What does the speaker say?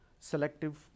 selective